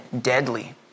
deadly